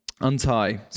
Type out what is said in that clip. untie